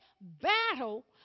battle